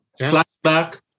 Flashback